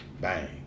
Bang